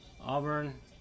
Auburn